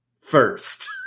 first